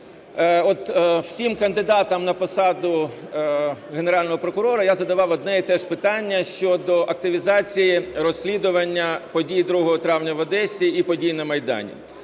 От всім кандидатам на посаду Генерального прокурора я задавав одне і те ж питання: щодо активізації розслідування подій другого травня в Одесі і подій на Майдані.